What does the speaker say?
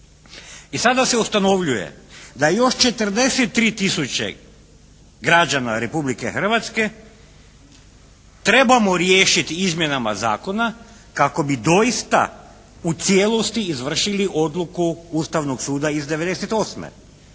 I sada se ustanovljuje da je još 43 tisuće građana Republike Hrvatske trebamo riješiti izmjenama zakona kako bi doista u cijelosti izvršili odluku Ustavnog suda iz '98.